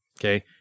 okay